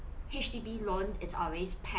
H_D_B loan is pegged